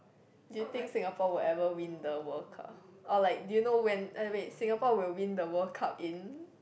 do you think Singapore will ever win the World Cup or like do you know when ah wait Singapore will win the World Cup in